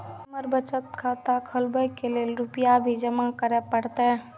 हमर बचत खाता खोले के लेल रूपया भी जमा करे परते?